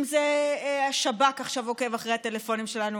אם זה השב"כ שעכשיו עוקב אחרי הטלפונים שלנו,